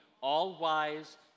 all-wise